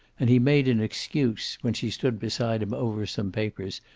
and he made an excuse, when she stood beside him over some papers,